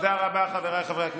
תודה רבה, חבריי חברי הכנסת.